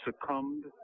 succumbed